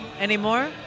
anymore